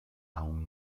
aún